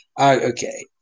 Okay